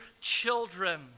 children